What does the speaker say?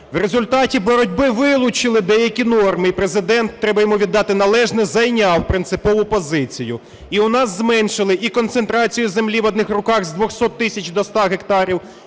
В результаті боротьби вилучили деякі норми. І Президент, треба йому віддати належне, зайняв принципову позицію. І у нас зменшили і концентрацію землі в одних руках з 200 тисяч до 100 гектарів.